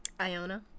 Iona